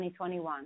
2021